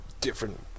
different